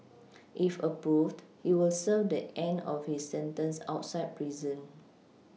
if approved he will serve the end of his sentence outside prison